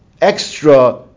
extra